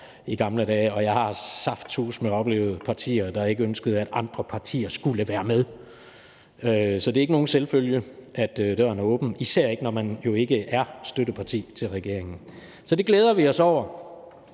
i gamle dage, og jeg har saftsuseme oplevet partier, der ikke ønskede, at andre partier skulle være med. Så det er ikke nogen selvfølge, at døren er åben, især ikke, når man jo ikke er støtteparti for regeringen. Så det glæder vi os over.